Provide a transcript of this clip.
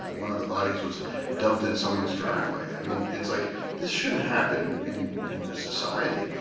ah one of the bodies was dumped in someone's driveway. i mean, it's like this shouldn't happen in in this society.